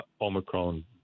Omicron